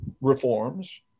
reforms